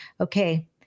okay